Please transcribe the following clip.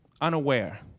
unaware